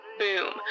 boom